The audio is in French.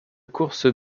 course